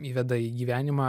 įveda į gyvenimą